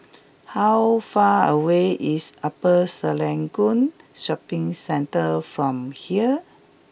how far away is Upper Serangoon Shopping Centre from here